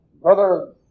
Brother